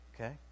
Okay